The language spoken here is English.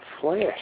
flash